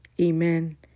Amen